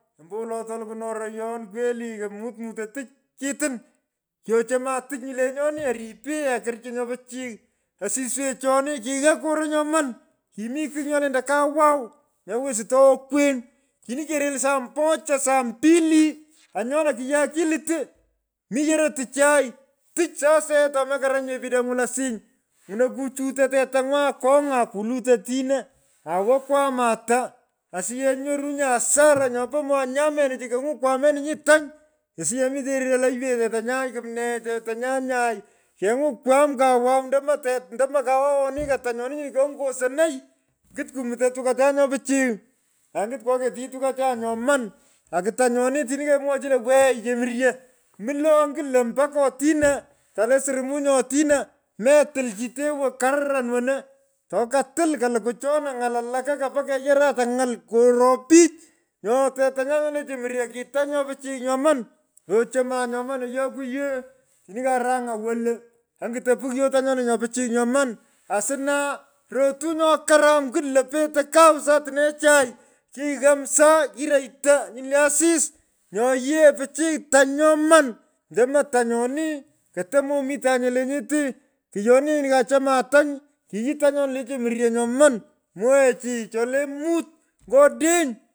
Ombowolo tolukwu noyoron. kweli. mutmutei tich kitin. Kiochoman tich nyu lenyoni oripei akorchu nyo pichiy. Osiswechoni kighaa koro nyoman. mi kigh nyo lentoi kawaw nyo westoi okwen. Otini kerel saa mocha. saa mbili. anyona kighai kilutu. mi yoro. tichai. Tich. saa yenyu tomekaranyinye peghelany’u losiny. ngwonoy kuchutoy tetang’u akony’a. akulut otino. awa kwamata; aiyech inyorunyi hasara nyopo wanyamenichu kengwon kwameninyi tany. asiyech mitenyi nyey lo. oywey tetanya kumnee tetanya nyai. kenywon kwam kawaw. Ndomo te. ndomo kawawoni ko tanyoni nyino keonyosonoi. nyut kumutony tukuchan nyo pichiy. angit kwoketiy tukachan nyoman aa tanyoni atini kemwochinyi lowe chemuryo. mulo. ngit lo mpaka otino. atale suromunyo otino metul chi tewo koruran wono. Tokotul kalukwu chona ny’al walaka. kapa keyarota ny’alkoro pich. Nyo tetanyan nyote chemuryo ki tany nyo. pichiy nyoman. Kyochoman nyoman ayokwuye otini karang’an wo lo. onyuton pighyo tanyoni nyo pichiy nyoman. Asna. rotuy nyo karam nyut lo petei kau satnechai. kighamsaa. kiroyto nyini le asis. Yee pichiy tany nyoman. Ndomo tunyoni. koto momitanye lenyete. Kyoni nyini kochaman tany. Kiyou tanyoni le chemuryo nyoman. mugheechi chole mut nyo odeny.